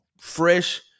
Fresh